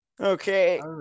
Okay